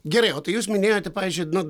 gerai o tai jūs minėjote pavyzdžiui nu